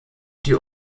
die